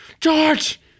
George